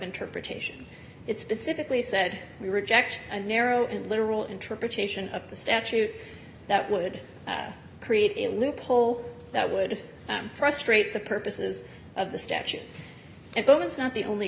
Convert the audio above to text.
interpretation it specifically said we reject a narrow and literal interpretation of the statute that would create a loophole that would frustrate the purposes of the statute and bonus not the only